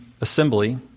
assembly